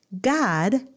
God